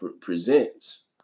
presents